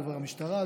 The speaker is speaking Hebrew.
דובר המשטרה,